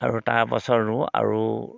আৰু তাৰ পাছত ৰোওঁ আৰু